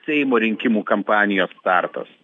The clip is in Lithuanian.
seimo rinkimų kampanijos startas